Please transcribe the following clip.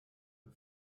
für